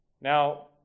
Now